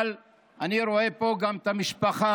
אבל אני רואה פה גם את המשפחה.